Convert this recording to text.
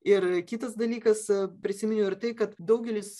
ir kitas dalykas prisiminiau ir tai kad daugelis